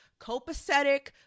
copacetic